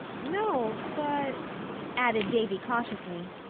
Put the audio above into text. no, but added davy cautiously,